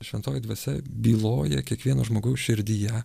šventoji dvasia byloja kiekvieno žmogaus širdyje